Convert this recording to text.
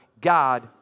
God